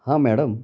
हां मॅडम